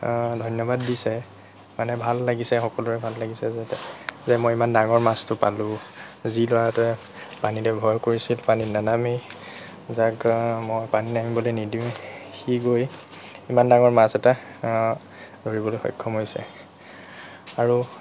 ধন্যবাদ দিছে মানে ভাল লাগিছে সকলোৰে ভাল লাগিছে যে মই ইমান ডাঙৰ মাছটো পালোঁ যি ল'ৰাটোৱে পানীলৈ ভয় কৰিছিল পানীত নেনামেই যাক মই পানীত নামিবলৈ নিদিওঁৱে সি গৈ ইমান ডাঙৰ মাছ এটা ধৰিবলৈ সক্ষম হৈছে আৰু